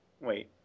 Wait